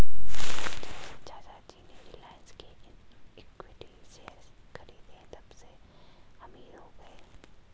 पर जब से चाचा जी ने रिलायंस के इक्विटी शेयर खरीदें तबसे अमीर हो गए